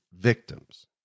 victims